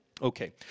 Okay